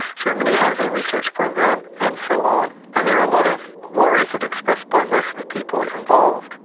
germany has a research program and so on. and there are a lot of worries that are expressed by most of the people involved,